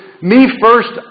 me-first